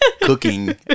cooking